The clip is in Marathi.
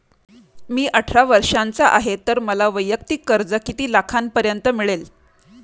मी अठरा वर्षांचा आहे तर मला वैयक्तिक कर्ज किती लाखांपर्यंत मिळेल?